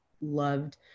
loved